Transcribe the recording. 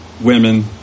women